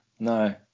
No